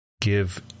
give